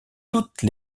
toutes